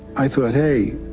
i thought, hey,